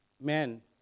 Men